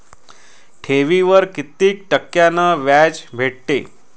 ठेवीवर कितीक टक्क्यान व्याज भेटते?